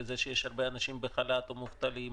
לזה שיש הרבה אנשים בחל"ת או מובטלים,